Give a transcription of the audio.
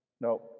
No